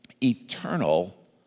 eternal